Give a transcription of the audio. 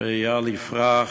ואיל יפרח,